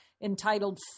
entitled